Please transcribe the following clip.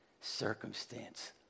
circumstance